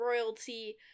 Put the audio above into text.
royalty